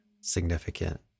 significant